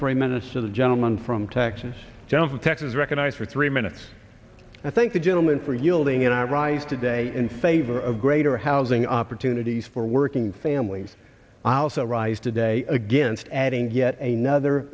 three minutes to the gentleman from texas down to texas recognized for three minutes i thank the gentleman for yielding and i rise today in favor of greater housing opportunities for working families i also rise today against adding yet another